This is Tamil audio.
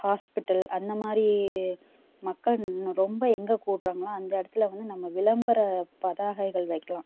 ஹாஸ்பிடல் அந்தமாதிரி மக்கள் ரொம்ப எங்கள் கூடுறாங்களோ அந்த இடத்துல வந்து நம்ம விளம்பர பதாகைகள் வைக்கலாம்